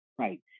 Right